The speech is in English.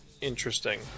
interesting